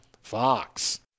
Fox